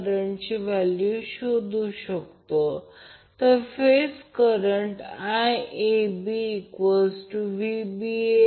आता बॅलन्सड ∆ साठी म्हणून पुन्हा केस आहे Van अँगल 0° Vbn अँगल 20° आणि Vcn अँगल 120° देते